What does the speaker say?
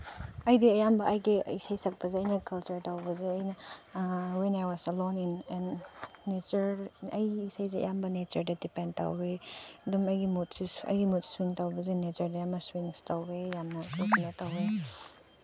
ꯑꯩꯗꯤ ꯑꯌꯥꯝꯕ ꯑꯩꯒꯤ ꯏꯁꯩ ꯁꯛꯄꯁꯦ ꯑꯩꯅ ꯀꯜꯆꯔ ꯇꯧꯕꯁꯦ ꯑꯩꯅ when I was alone in an nature ꯑꯩꯒꯤ ꯏꯁꯩꯁꯦ ꯑꯌꯥꯝꯕ ꯅꯦꯆꯔꯗ ꯗꯤꯄꯦꯟ ꯇꯧꯋꯤ ꯑꯗꯨꯝ ꯑꯩꯒꯤ ꯑꯩꯒꯤ ꯃꯨꯠ ꯁ꯭ꯋꯤꯡ ꯇꯧꯕꯁꯦ ꯅꯦꯆꯔꯗ ꯑꯃ ꯁ꯭ꯋꯤꯡꯁ ꯇꯧꯋꯦ ꯌꯥꯝꯅ ꯀꯩꯅꯣ ꯇꯧꯋꯦ